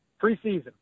preseason